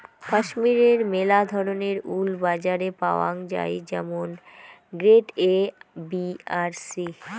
কাশ্মীরের মেলা ধরণের উল বাজারে পাওয়াঙ যাই যেমন গ্রেড এ, বি আর সি